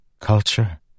culture